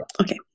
okay